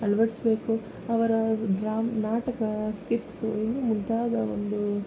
ಅಳವಡ್ಸ್ಬೇಕು ಅವರ ಡ್ರಾಮ್ ನಾಟಕ ಸ್ಕಿಟ್ಸು ಇನ್ನೂ ಮುಂತಾದ ಒಂದು